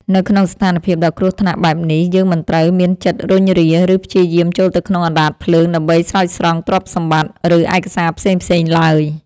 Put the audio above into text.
នៅក្នុងស្ថានភាពដ៏គ្រោះថ្នាក់បែបនេះ យើងមិនត្រូវមានចិត្តរុញរា ឬព្យាយាមចូលទៅក្នុងអណ្ដាតភ្លើងដើម្បីស្រោចស្រង់ទ្រព្យសម្បត្តិ ឬឯកសារផ្សេងៗឡើយ។